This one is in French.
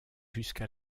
jusqu’à